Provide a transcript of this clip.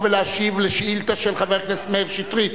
ולהשיב על שאילתא של חבר הכנסת מאיר שטרית.